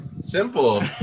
Simple